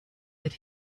that